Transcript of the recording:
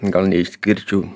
gal neišskirčiau